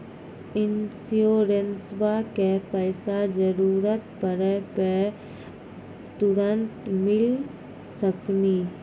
इंश्योरेंसबा के पैसा जरूरत पड़े पे तुरंत मिल सकनी?